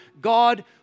God